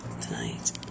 tonight